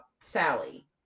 Sally